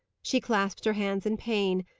she clasped her hands in pain,